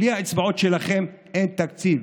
בלי האצבעות שלכם אין תקציב.